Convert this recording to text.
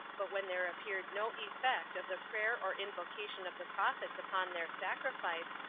but when there appeared no effect of the prayer or invocation of the prophets upon their sacrifice,